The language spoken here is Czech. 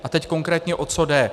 A teď konkrétně o co jde.